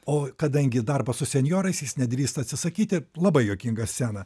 o kadangi darbas su senjorais jis nedrįsta atsisakyti labai juokinga scena